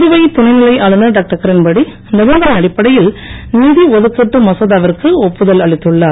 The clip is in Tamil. புதுவை துணைநிலை ஆளுநர் டாக்டர் கிரண்பேடி நீபந்தனை அடிப்படையில் நிதி ஒதுக்கீட்டு மசோதாவிற்கு ஒப்புதல் அளித்துள்ளார்